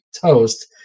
toast